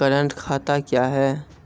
Current खाता क्या हैं?